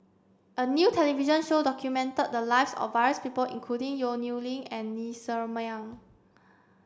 a new television show documented the lives of various people including Yong Nyuk Lin and Ng Ser Miang